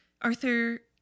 Arthur